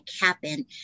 happen